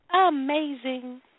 Amazing